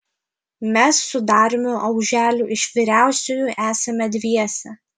mes su dariumi auželiu iš vyriausiųjų esame dviese